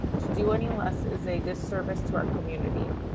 to do any less is a disservice to our community.